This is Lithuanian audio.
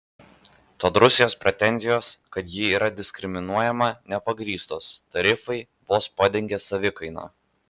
tad rusijos pretenzijos kad ji yra diskriminuojama nepagrįstos tarifai vos padengia savikainą